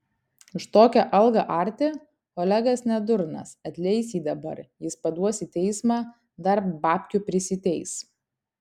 už tokią algą arti olegas ne durnas atleis jį dabar jis paduos į teismą dar babkių prisiteis